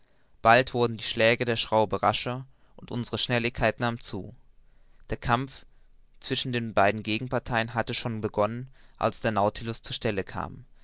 bald wurden die schläge der schraube rascher und unsere schnelligkeit nahm zu der kampf zwischen den beiden gegenparteien hatte schon begonnen als der nautilus zur stelle kam